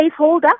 placeholder